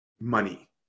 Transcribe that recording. money